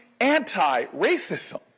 anti-racism